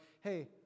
hey